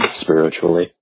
spiritually